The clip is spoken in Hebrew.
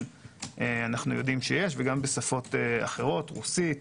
וגם בשפות אחרות - רוסית,